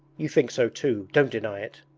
you think so too, don't deny it.